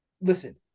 listen